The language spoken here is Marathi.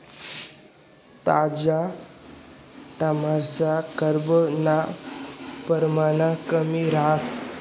ताजा टमाटरसमा कार्ब नं परमाण कमी रहास